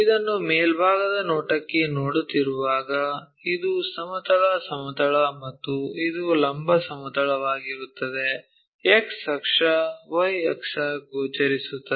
ಇದನ್ನು ಮೇಲ್ಭಾಗದ ನೋಟಕ್ಕೆ ನೋಡುತ್ತಿರುವಾಗ ಇದು ಸಮತಲ ಸಮತಲ ಮತ್ತು ಇದು ಲಂಬ ಸಮತಲವಾಗಿರುತ್ತದೆ X ಅಕ್ಷ Y ಅಕ್ಷ ಗೋಚರಿಸುತ್ತದೆ